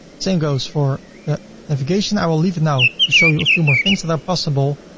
same goes for the navigation, i will leave now to show you a few more things that are possible.